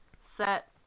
set